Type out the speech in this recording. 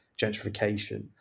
gentrification